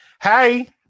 Hey